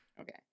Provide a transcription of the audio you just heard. Okay